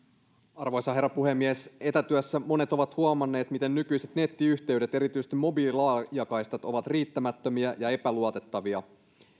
arvoisa herra puhemies etätyössä monet ovat huomanneet miten nykyiset nettiyhteydet erityisesti mobiililaajakaistat ovat riittämättömiä ja epäluotettavia